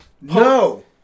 No